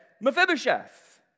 Mephibosheth